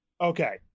okay